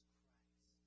Christ